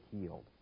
healed